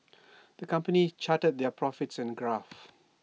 the company charted their profits in A graph